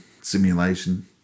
simulation